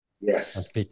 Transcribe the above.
Yes